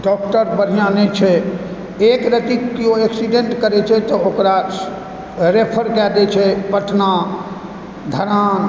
doctor बढ़िआँ नहि छै एक रति केओ ऐक्सिडेण्ट करै छै तऽ ओकरा रेफर कए दैत छै पटना धरान